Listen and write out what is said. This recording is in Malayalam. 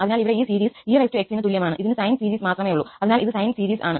അതിനാൽ ഇവിടെ ഈ സീരീസ് ex ന് തുല്യമാണ് ഇതിന് സൈൻ സീരീസ് മാത്രമേയുള്ളൂ അതിനാൽ ഇത് സൈൻ സീരീസ് ആണ്